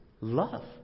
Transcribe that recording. love